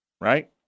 Right